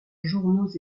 journaux